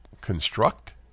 construct